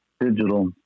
digital